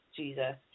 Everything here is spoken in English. jesus